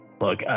look